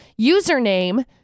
username